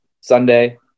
Sunday